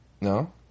No